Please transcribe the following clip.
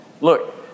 Look